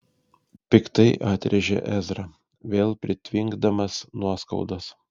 piktai atrėžė ezra vėl pritvinkdamas nuoskaudos